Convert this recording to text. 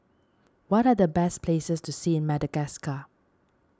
what are the best places to see in Madagascar